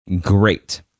Great